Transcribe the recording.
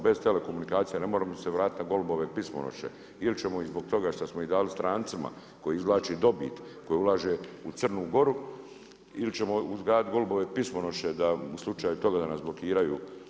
Bez telekomunikacija ne moramo se vratit na golubove pismonoše ili ćemo zbog toga šta smo ih dali strancima koji izvlače dobit, koji ulaže u Crnu Goru ili ćemo uzgajati golubove pismonoše da u slučaju toga da nas blokiraju.